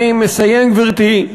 אני מסיים, גברתי.